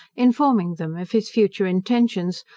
informing them of his future intentions,